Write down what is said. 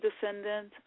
descendant